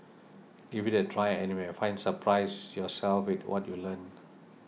give it a try and you might find surprise yourself with what you learn